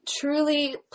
truly